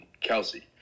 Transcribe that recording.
Kelsey